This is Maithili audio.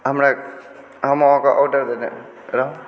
हमरा हम अहाँकेँ आर्डर देने रहहुँ